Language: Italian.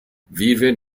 vive